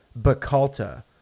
Bacalta